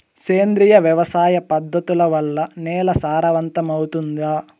సేంద్రియ వ్యవసాయ పద్ధతుల వల్ల, నేల సారవంతమౌతుందా?